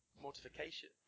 Mortification